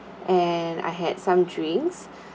and I had some drinks